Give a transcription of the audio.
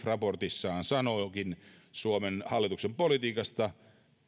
raportissaan sanookin suomen hallituksen politiikasta